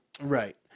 Right